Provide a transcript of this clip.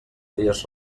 dies